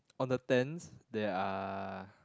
on the tents there are